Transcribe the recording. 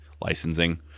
licensing